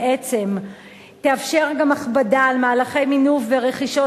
בעצם תאפשר גם הכבדה על מהלכי מינוף ורכישות